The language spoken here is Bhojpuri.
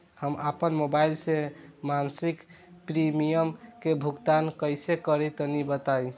हम आपन मोबाइल से मासिक प्रीमियम के भुगतान कइसे करि तनि बताई?